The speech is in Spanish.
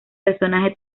personaje